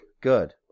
Good